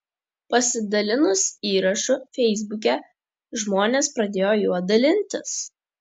pasidalinus įrašu feisbuke žmonės pradėjo juo dalintis